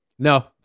No